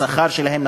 השכר שלהם,